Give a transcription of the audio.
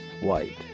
white